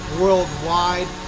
worldwide